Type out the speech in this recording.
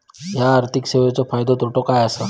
हया आर्थिक सेवेंचो फायदो तोटो काय आसा?